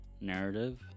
narrative